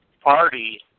party